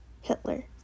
Hitler